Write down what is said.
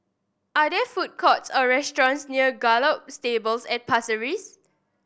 are there food courts or restaurants near Gallop Stables at Pasir Ris